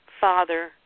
father